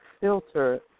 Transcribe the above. filter